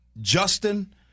Justin